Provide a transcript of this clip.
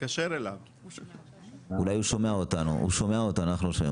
חצי שכר עבודה ומאחורי זה לא מסתתר שום